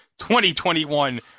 2021